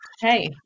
Hey